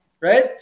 right